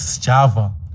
Java